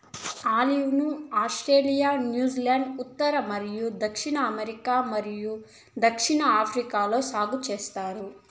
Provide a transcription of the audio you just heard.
olive ను Australia, New Zealand, ఉత్తర మరియు దక్షిణ అమెరికా మరియు దక్షిణాఫ్రికాలో సాగు చేస్తారు